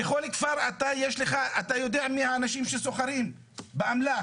בכל כפר אתה יודע מי האנשים שסוחרים באמל"ח,